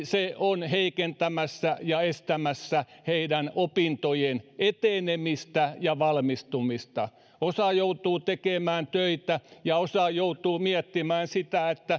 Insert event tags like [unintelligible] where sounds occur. [unintelligible] se on heikentämässä ja estämässä lahjakkaiden ja osaavien nuorten opintojen etenemistä ja valmistumista niin kuin tutkimukset osoittavat osa joutuu tekemään töitä ja osa joutuu miettimään sitä